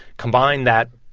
combine that,